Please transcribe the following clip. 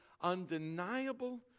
undeniable